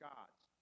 God's